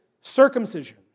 circumcision